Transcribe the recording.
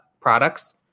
products